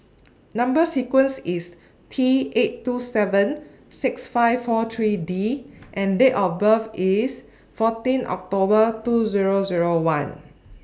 Number sequence IS T eight two seven six five four three D and Date of birth IS fourteen October two Zero Zero one